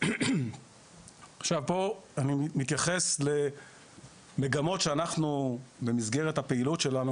עכשיו פה אני מתייחס למגמות שבמסגרת הפעילות שלנו,